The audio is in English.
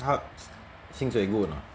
他薪水 good or not